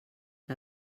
mil